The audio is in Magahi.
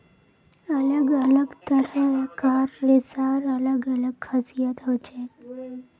अलग अलग तरह कार रेशार अलग अलग खासियत हछेक